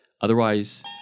otherwise